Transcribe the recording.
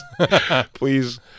Please